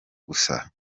gusa